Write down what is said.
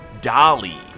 Dolly